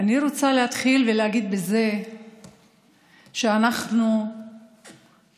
אני רוצה להתחיל בזה שאגיד שאנחנו בפועל